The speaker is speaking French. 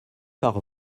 par